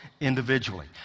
individually